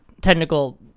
technical